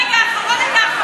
שהבאת ברגע האחרון את ההרחבה,